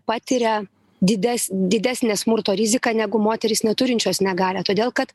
patiria didesn didesnę smurto riziką negu moterys neturinčios negalią todėl kad